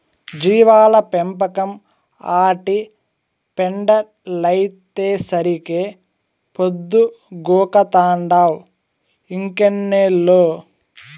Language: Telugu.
జీవాల పెంపకం, ఆటి పెండలైతేసరికే పొద్దుగూకతంటావ్ ఇంకెన్నేళ్ళు